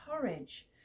courage